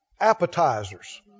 appetizers